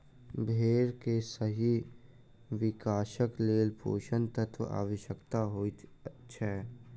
भेंड़ के सही विकासक लेल पोषण तत्वक आवश्यता होइत छै